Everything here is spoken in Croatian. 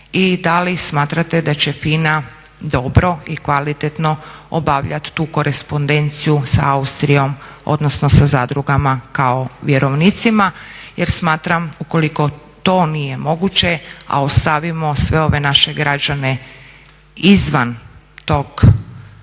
i da li smatrate da će FINA dobro i kvalitetno obavljati tu korespondenciju sa Austrijom, odnosno sa zadrugama kao vjerovnicima. Jer smatram ukoliko to nije moguće, a ostavimo sve ove naše građane izvan tog stečajnog